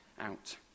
out